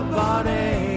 body